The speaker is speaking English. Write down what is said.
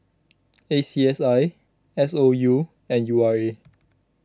A C S I S O U and U R A